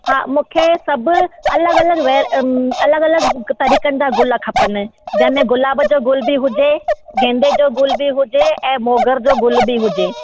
हा मूंखे सभु अलॻि अलॻि वैर अलॻि अलॻि तरीक़नि जा गुल खपनि जंहिंमें गुलाब जा गुल बि हुजे गेंदे जो गुल बि हुजे ऐं मोंगर जो गुल बि हुजे